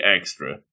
extra